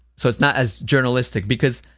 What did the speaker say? so it's not as journalistic because,